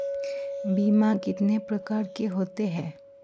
बीमा कितने प्रकार के होते हैं?